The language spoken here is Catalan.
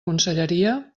conselleria